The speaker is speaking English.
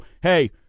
hey